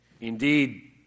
indeed